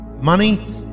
Money